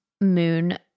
moon